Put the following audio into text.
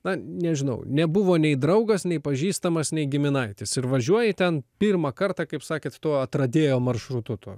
na nežinau nebuvo nei draugas nei pažįstamas nei giminaitis ir važiuoji ten pirmą kartą kaip sakėt tuo atradėjo maršrutu tuo